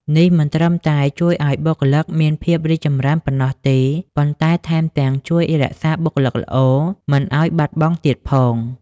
នេះមិនត្រឹមតែជួយឱ្យបុគ្គលិកមានភាពរីកចម្រើនប៉ុណ្ណោះទេ ប៉ុន្តែថែមទាំងជួយ រក្សាបុគ្គលិកល្អ មិនឱ្យបាត់បង់ទៀតផង។